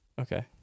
Okay